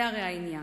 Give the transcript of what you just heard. זה הרי העניין.